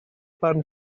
barn